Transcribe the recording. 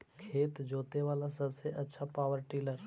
खेत जोते बाला सबसे आछा पॉवर टिलर?